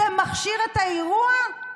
זה מכשיר את האירוע?